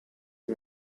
via